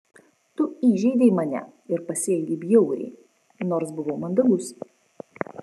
tu įžeidei mane ir pasielgei bjauriai nors buvau mandagus